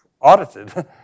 audited